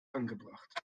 angebracht